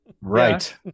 right